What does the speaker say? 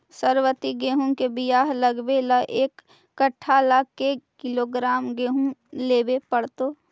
सरबति गेहूँ के बियाह लगबे ल एक कट्ठा ल के किलोग्राम गेहूं लेबे पड़तै?